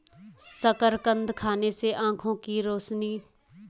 शकरकंद खाने से आंखों के रोशनी बरकरार रहती है